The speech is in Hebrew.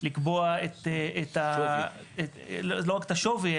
לקבוע לא רק את השווי,